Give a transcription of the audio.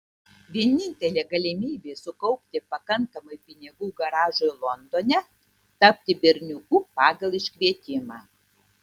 vienintelė galimybė sukaupti pakankamai pinigų garažui londone tapti berniuku pagal iškvietimą